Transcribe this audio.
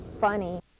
funny